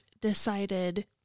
decided